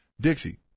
Dixie